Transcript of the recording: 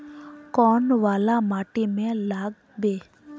कौन वाला माटी में लागबे?